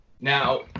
Now